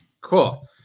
Cool